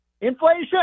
Inflation